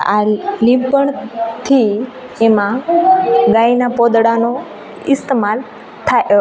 આ લીંપણ થી એમાં ગાયના પોદળાનો ઈસ્તમાલ થાય